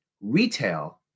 retail